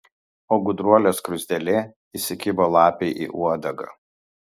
o gudruolė skruzdėlė įsikibo lapei į uodegą